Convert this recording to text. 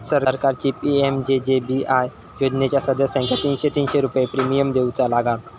सरकारची पी.एम.जे.जे.बी.आय योजनेच्या सदस्यांका तीनशे तीनशे रुपये प्रिमियम देऊचा लागात